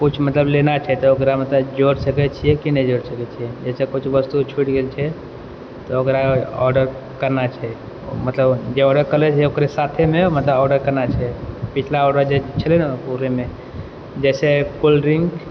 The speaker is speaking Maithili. किछु मतलब लेना छै तऽ ओकरामे तऽ जोड़ि सकय छियै कि नहि जोड़ि सकय छियै जैसे किछु वस्तु छुटि गेल छै तऽ ओकरा ऑर्डर करना छै मतलब जे ऑर्डर करले रहियै ओकरे साथेमे मतलब ऑर्डर करना छै पिछला ऑर्डर जे छलै ने ओकरेमे जैसे कोल्ड ड्रिंक